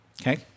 Okay